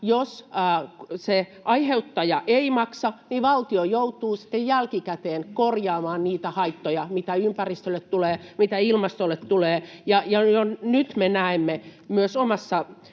se aiheuttaja ei maksa, niin valtio joutuu sitten jälkikäteen korjaamaan niitä haittoja, mitä ympäristölle tulee, mitä ilmastolle tulee. Kun jo nyt me näemme myös omassa